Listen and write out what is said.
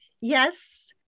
Yes